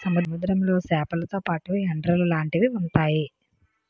సముద్రంలో సేపలతో పాటు ఎండ్రలు లాంటివి ఉంతాయి